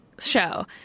show